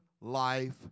life